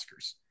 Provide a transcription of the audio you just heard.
Oscars